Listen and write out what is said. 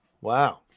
Wow